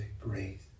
breathe